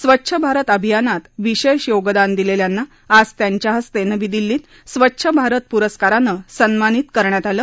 स्वच्छ भारत अभियानात विशेष योगदान दिलेल्यांना आज त्यांच्या हस्ते नवी दिल्लीत स्वच्छ भारत पुरस्कारानं सन्मानित करण्यात आलं